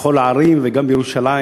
בכל הערים וגם בירושלים,